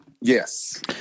Yes